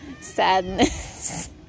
Sadness